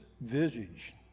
visage